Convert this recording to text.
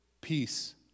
peace